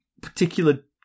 particular